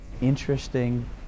interesting